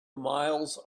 miles